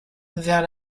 vers